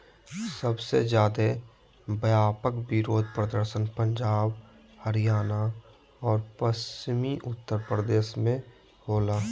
सबसे ज्यादे व्यापक विरोध प्रदर्शन पंजाब, हरियाणा और पश्चिमी उत्तर प्रदेश में होलय